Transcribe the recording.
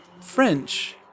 French